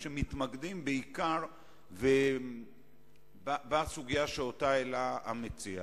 שמתמקדים בעיקר בסוגיה שהעלה המציע.